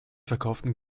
verkauften